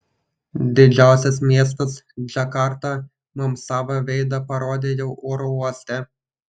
didžiausias miestas džakarta mums savo veidą parodė jau oro uoste